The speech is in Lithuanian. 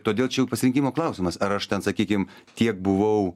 todėl čia jau pasirinkimo klausimas ar aš ten sakykim tiek buvau